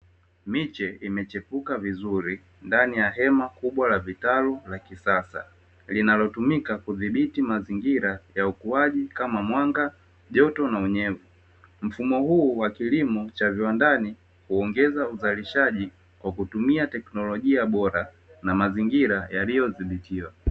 Miche imechepuka vizuri ndani ya hema kubwa la vitalu la kisasa linalotumika kudhibiti mazingira ya ukuaji kama mwanga, joto na unyevu. Mfumo huu wa kilimo cha viwandani huongeza uzalishaji kwa kutumia teknolojia bora na mazingira yaliyodhibitiwa.